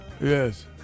Yes